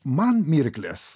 man mirklės